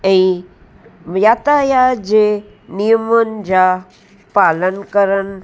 ऐं यातायात जे नियमनि जा पालन करण